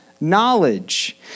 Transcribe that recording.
knowledge